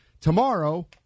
Tomorrow